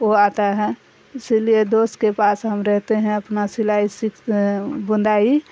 وہ آتا ہے اسی لیے دوست کے پاس ہم رہتے ہیں اپنا سلائی س بندائی